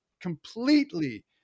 completely